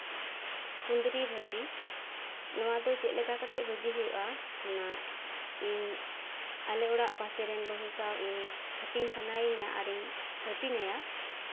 ᱠᱩᱫᱨᱤ ᱵᱷᱟᱡᱤ ᱱᱚᱶᱟ ᱫᱚ ᱪᱮᱫ ᱠᱟᱛᱮᱫ ᱵᱷᱟᱡᱤ ᱦᱩᱭᱩᱜᱼᱟ ᱚᱱᱠᱟ ᱤᱧ ᱟᱞᱮ ᱚᱲᱟᱜ ᱯᱟᱥᱮᱨᱮᱱ ᱵᱟᱹᱦᱩ ᱥᱟᱶ ᱤᱧ ᱦᱟᱹᱴᱤᱧ ᱥᱟᱱᱟᱭᱤᱧᱟᱹ ᱟᱨᱤᱧ ᱦᱟᱹᱴᱤᱧᱟᱭᱟ